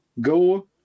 go